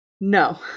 No